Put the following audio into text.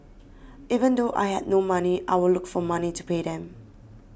even though I had no money I would look for money to pay them